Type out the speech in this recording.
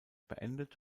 beendet